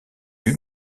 lui